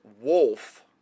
wolf